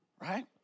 right